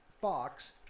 box